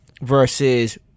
versus